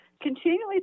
continually